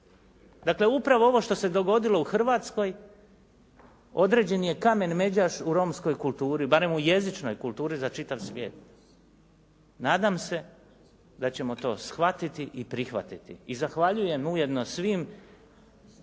Dakle, upravo ovo što se dogodilo u Hrvatskoj određen je kamen međaš u romskoj kulturi, barem u jezičnoj kulturi za čitav svijet. Nadam se da ćemo to shvatiti i prihvatiti i zahvaljujem ujedno svim